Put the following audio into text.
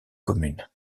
commune